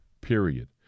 period